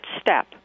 step